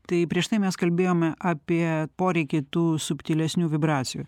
tai prieš tai mes kalbėjome apie poreikį tų subtilesnių vibracijų